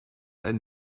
ein